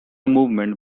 movement